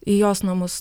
į jos namus